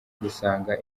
gusanga